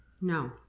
No